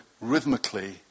rhythmically